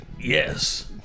Yes